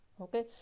okay